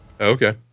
Okay